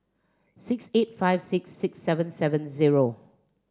six eight five six six seven seven zero